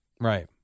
Right